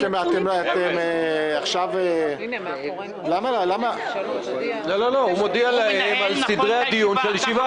הם יצאו ------ הוא מנהל נכון את הישיבה.